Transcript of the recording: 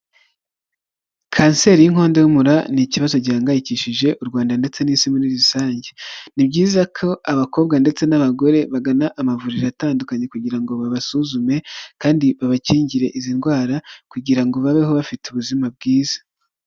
Kanseri y'inkondo y'umura ni ikibazo gihangayikishije u Rwanda ndetse n'isi muri rusange. Ni byiza ko abakobwa ndetse n'abagore bagana amavuriro atandukanye kugira ngo babasuzume kandi babakingire izi ndwara kugira ngo babeho bafite ubuzima bwiza.